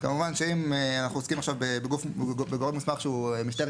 כמובן שאם אנחנו עוסקים עכשיו בגורם מוסמך שהוא משטרת